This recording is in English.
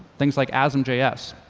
things like asm js.